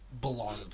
belong